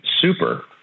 super